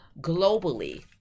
globally